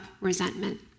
resentment